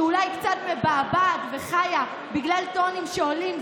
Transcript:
שאולי קצת מבעבעת וחיה בגלל טונים שעולים,